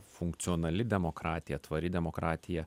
funkcionali demokratija tvari demokratija